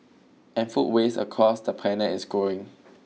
and food waste across the planet is growing